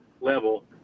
level